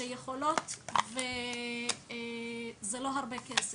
שיכולות לממן פרויקט מהסוג הזה וזה לא הרבה כסף,